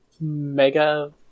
mega